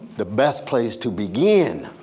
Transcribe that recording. the best place to begin